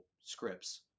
scripts